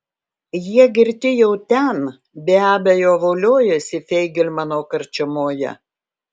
jie girti jau ten be abejo voliojasi feigelmano karčiamoje